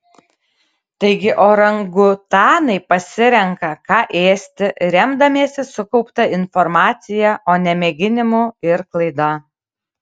taigi orangutanai pasirenka ką ėsti remdamiesi sukaupta informacija o ne mėginimu ir klaida